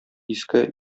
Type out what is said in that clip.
иске